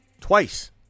twice